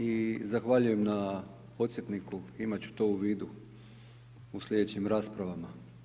I zahvaljujem na podsjetniku, imati ću to u vidu u slijedećim raspravama.